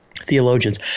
theologians